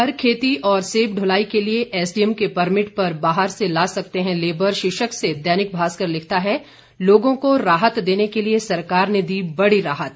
घर खेती और सेब दुलाई के लिए एसडीएम के परमिट पर बाहर से ला सकते हैं लेबर शीर्षक से दैनिक भास्कर लिखता है लोगों को राहत देने के लिए सरकार ने दी बड़ी राहत